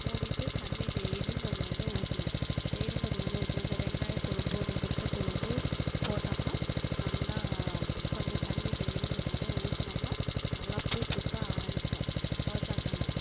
மூடிவிட்டு தண்ணி டெய்லியும் கொஞ்சம் கொஞ்சம் ஊற்றுணும் டெய்லியும் கொஞ்சம் கொஞ்சம் ஊற்றுணும் இந்த வெங்காய தொலும்பு இந்த முட்ட தொலும்பு போட்டோம்ன்னா நல்லா கொஞ்சம் தண்ணி டெய்லியும் கொஞ்சம் கொஞ்சம் ஊற்றுனோம்னா நல்லா பூ பூக்க ஆரம்பிக்கும் ரோஜா கன்று